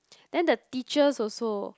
then the teachers also